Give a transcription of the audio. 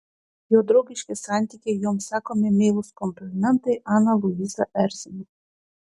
jo draugiški santykiai joms sakomi meilūs komplimentai aną luizą erzino